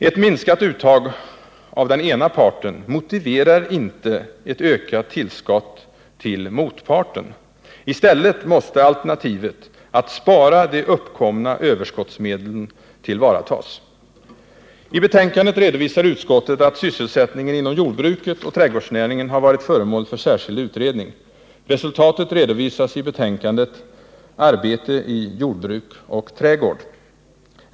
Ett minskat uttag av den ena parten motiverar inte ett ökat tillskott till motparten. I stället måste alternativet att spara de uppkomna överskottsmedlen tillvaratas. I betänkandet redovisar utskottet att sysselsättningen inom jordbruket och trädgårdsnäringen har varit föremål för särskild utredning. Resultatet redovisas i betänkandet Arbete i jordbruk och trädgård.